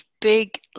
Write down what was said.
big